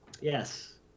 Yes